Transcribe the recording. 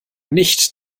nicht